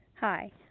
Hi